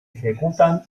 ejecutan